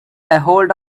ahold